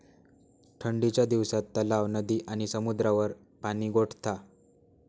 ठंडीच्या दिवसात तलाव, नदी आणि समुद्रावर पाणि गोठता